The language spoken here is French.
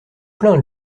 plaint